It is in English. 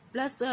Plus